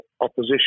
opposition